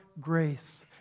grace